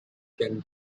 can